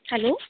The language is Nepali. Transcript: हेलो